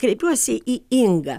kreipiuosi į ingą